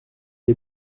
est